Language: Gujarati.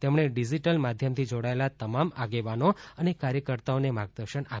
તેમણે ડીઝીટલ માધ્યમથી જોડાયેલા તમામ આગેવાનો અને કાર્યકર્તાઓને માર્ગદર્શન આપ્યું હતું